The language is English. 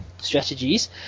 strategies